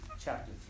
chapter